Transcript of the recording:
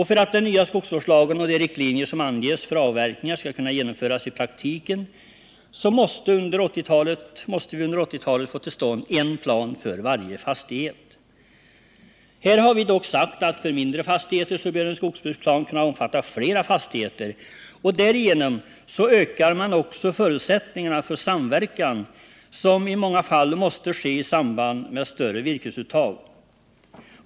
För att den nya skogsvårdslagen och de riktlinjer som anges för avverkningar skall kunna genomföras i praktiken måste vi under 1980-talet få till stånd en plan för varje fastighet. Här har vi dock sagt att när det gäller mindre fastigheter bör en skogsbruksplan kunna omfatta flera fastigheter. Därigenom ökar man också förutsättningarna för den samverkan som i många fall måste ske i samband med större virkesuttag.